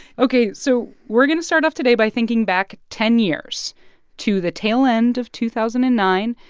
ok, so we're going to start off today by thinking back ten years to the tail end of two thousand and nine.